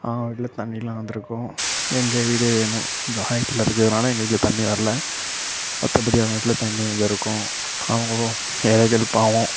அவங்க வீட்டில் தண்ணிலாம் வந்துருக்கும் எங்கள் வீடு கொஞ்சம் ஹைட்டில் இருக்கிறதுனால எங்கள் வீட்டில் தண்ணி வரல மற்றபடி அவங்க வீட்டில் தண்ணி வந்துருக்கும் அவங்களும் ஏழைகள் பாவம்